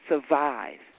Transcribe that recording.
survive